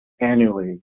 annually